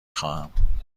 خواهم